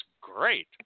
great